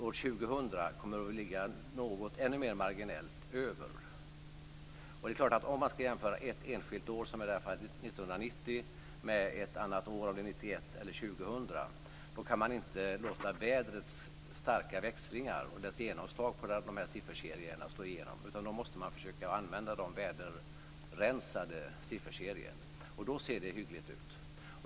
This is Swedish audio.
År 2000 kommer vi att ligga något, ännu mer marginellt, över. Skall man jämföra ett enskilt år - i det här fallet 1990 - med ett annat år, 1991 eller 2000, kan man inte låta vädrets starka växlingar och dess genomslag på sifferkedjorna slå igenom. Då måste man försöka använda väderrensade sifferkedjor, och då ser det hyggligt ut.